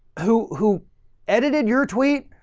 who, who edited your tweet,